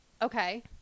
okay